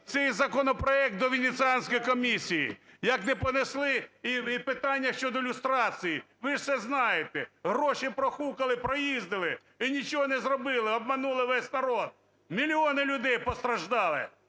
цей законопроект до Венеціанської комісії, як не понесли і питання щодо люстрації. Ви ж це знаєте. Гроші прохукали, проїздили і нічого не зробили, обманули весь народ, мільйони людей постраждали.